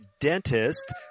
dentist